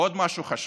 ועוד משהו חשוב,